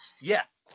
Yes